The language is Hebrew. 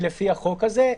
לפי החוק הזה,